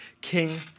King